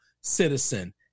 citizen